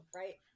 right